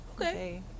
okay